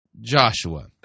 Joshua